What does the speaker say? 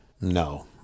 no